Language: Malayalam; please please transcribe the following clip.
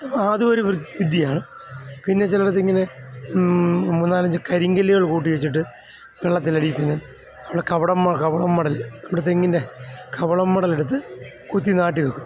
ആത് ഒരു വിദ്യയാണ് പിന്നെ ചിലയിടത്ത് ഇങ്ങനെ മൂന്നുനാലഞ്ച് കരിങ്കല്ലുകൾ കൂട്ടി വെച്ചിട്ട് വെള്ളത്തിനടിയിൽ തന്നെ അവിടെ കവടമ്മ കവളം മടൽ നമ്മുടെ തെങ്ങിൻ്റെ കവളം മടൽ എടുത്ത് കുത്തി നാട്ടിവെക്കും